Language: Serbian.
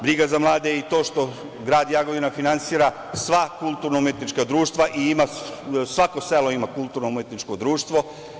Briga za mlade i to što grad Jagodina finansira sva kulturno-umetnička društva i svako selo ima kulturno-umetničko društvo.